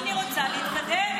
אני רוצה להתקדם.